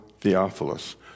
Theophilus